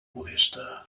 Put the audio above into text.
modesta